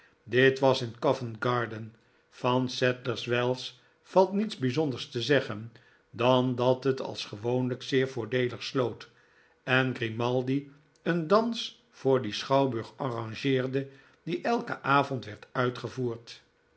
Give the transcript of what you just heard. dit was in coventgarden van sadlers wells valt niets bijzonders te zeggeh dan dat het als gewoonlijk zeer voordeelig sloot en grimaldi een dans voor dien schouwburg avrangeerde die elken avond werd uitgevoerd